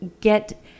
get